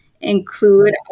include